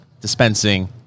dispensing